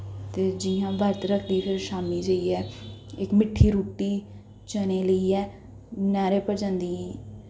ते जि'यां बरत रखदी फिर शामीं जाइयै इक मिट्ठी रुट्टी चनें लेइयै नैह्रै पर जंदी